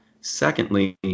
Secondly